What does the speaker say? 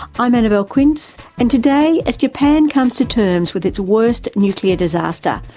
i'm annabelle quince and today, as japan comes to terms with its worst nuclear disaster,